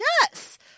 Yes